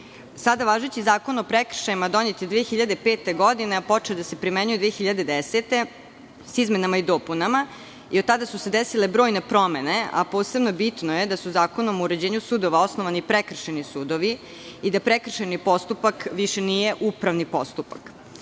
važeći Zakon o prekršajima donet je 2005. godine, a počeo je da se primenjuje 2010. godine, sa izmenama i dopunama, jer tada su se desile brojne promene, a posebno je bitno da su Zakonom o uređenju sudova osnovani prekršajni sudovi i da prekršajni postupak više nije upravni postupak.